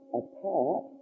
apart